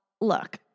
look